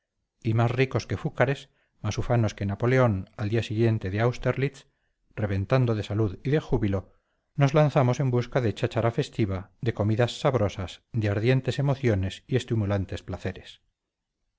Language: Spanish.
y más ricos que fúcares más ufanos que napoleón al día siguiente de austerlitz reventando de salud y de júbilo nos lanzamos en busca de cháchara festiva de comidas sabrosas de ardientes emociones y estimulantes placeres